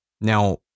Now